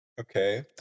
Okay